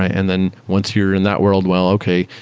and then once you're in that world, well okay,